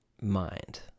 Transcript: mind